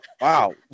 wow